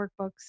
workbooks